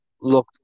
look